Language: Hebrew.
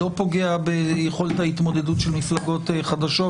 הוא לא פוגע ביכולת ההתמודדות של מפלגות חדשות,